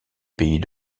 pays